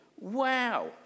Wow